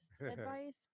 advice